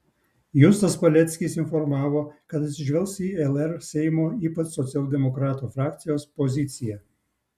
justas paleckis informavo kad atsižvelgs į lr seimo ypač socialdemokratų frakcijos poziciją